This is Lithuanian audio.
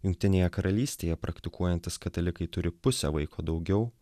jungtinėje karalystėje praktikuojantys katalikai turi puse vaiko daugiau